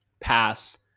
pass